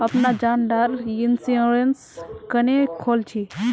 अपना जान डार इंश्योरेंस क्नेहे खोल छी?